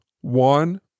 One